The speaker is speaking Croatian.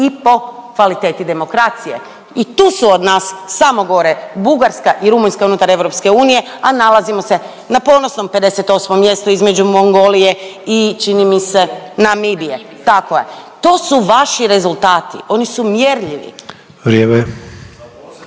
i po kvaliteti demokracije i tu su od nas samo gore Bugarska i Rumunjska unutar EU, a nalazimo se na ponosnom 58. mjestu između Mongolije i čini mi se Namibije, tako je. To su vaši rezultati, oni su mjerljivi.